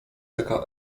taka